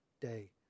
day